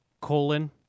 colon